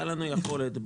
יכולת,